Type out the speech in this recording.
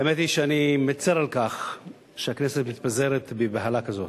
האמת היא שאני מצר על כך שהכנסת מתפזרת בבהלה כזאת.